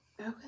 okay